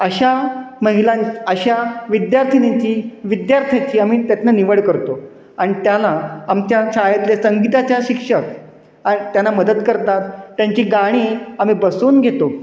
अशा महिलां अशा विद्यार्थीनीची विद्यार्थ्यांची आम्ही त्यातून निवड करतो आणि त्याला आमच्या शाळेतले संगीताच्या शिक्षक त्यांना मदत करतात त्यांची गाणी आम्ही बसवून घेतो